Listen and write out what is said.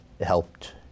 helped